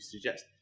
suggest